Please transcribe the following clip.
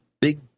big